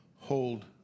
hold